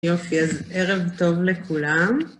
יופי, אז ערב טוב לכולם.